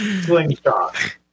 Slingshot